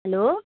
hello